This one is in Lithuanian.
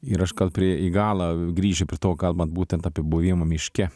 ir aš gal prie į galą grįšiu prie to kalbant būtent apie buvimą miške